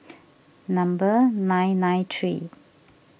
number nine nine three